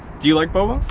do you like boba?